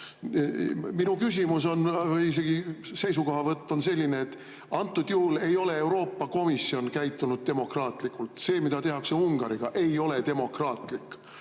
Minu küsimus või isegi seisukohavõtt on selline, et antud juhul ei ole Euroopa Komisjon käitunud demokraatlikult. See, mida tehakse Ungariga, ei ole demokraatlik.